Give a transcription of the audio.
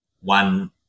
one